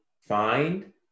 find